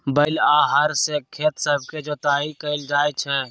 बैल आऽ हर से खेत सभके जोताइ कएल जाइ छइ